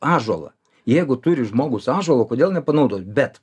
ąžuolą jeigu turi žmogus ąžuolo kodėl nepanaudot bet